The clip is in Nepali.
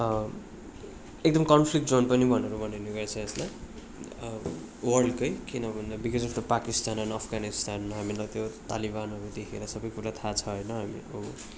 एकदम कन्फ्लिक्ट जोन पनि भनेर भनिने गर्छ यसलाई वर्ल्डकै किनभन्दा because of the Pakistan and Afghanistan हामीलाई त्यो तालिबानहरू देखेर सबैकुरा थाहा छ होइन हामीको